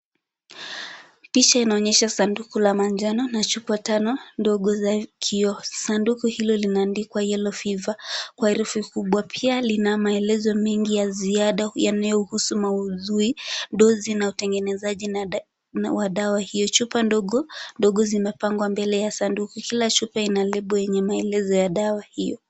Picha inaonyesha sanduku la manjano na chupa tano ndogo za kioo. Sanduku hilo limeandikwa Yellow Fever kwa herufi kubwa. Pia lina maelezo mengi ya ziada yanayohusu maudhui, dozi, na utengenezaji wa dawa hiyo. Chupa ndogo ndogo zimepangwa mbele ya sanduku hiyo. Kila chupa ina maelezo ya dawa hiyo.